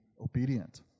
obedient